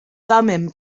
thummim